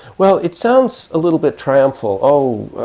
well, it sounds a little bit triumphal oh,